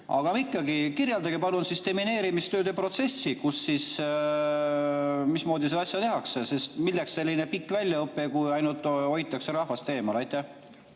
Aga ikkagi, kirjeldage palun demineerimistööde protsessi. Mismoodi seda asja tehakse? Milleks selline pikk väljaõpe, kui ainult hoitakse rahvast eemal? Aitäh,